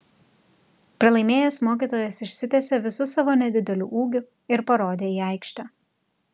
pralaimėjęs mokytojas išsitiesė visu savo nedideliu ūgiu ir parodė į aikštę